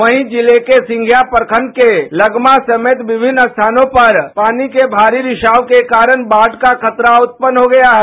वहीं जिले के सिंधिया प्रखंड के लगमा समेत विभिन्न स्थानों पर पानी के भारी रिसाव के कारण बाढ़ का खतरा उत्पन्न हो गया है